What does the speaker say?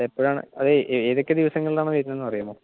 എപ്പോഴാണ് അതെ ഏതൊക്കെ ദിവസങ്ങളിലാണ് വരുന്നത് എന്ന് പറയാമോ